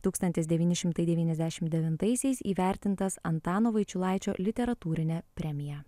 tūkstantis devyni šimtai devyniasdešim devintaisiais įvertintas antano vaičiulaičio literatūrine premija